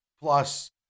plus